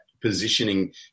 positioning